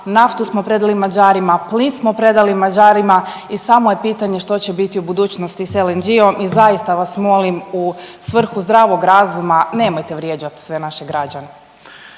naftu smo predali Mađarima, plin smo predali Mađarima i samo je pitanje što će biti u budućnosti s LNG-om. I zaista vas molim u svrhu zdravog razuma nemojte vrijeđat sve naše građane.